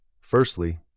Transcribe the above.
Firstly